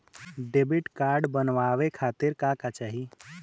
Debit card बनवावे खातिर का का चाही?